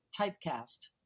typecast